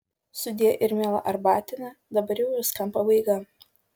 sudie ir miela arbatine dabar jau viskam pabaiga